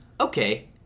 okay